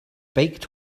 biked